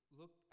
look